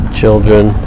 children